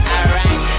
Alright